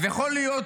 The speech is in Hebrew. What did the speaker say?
אז יכול להיות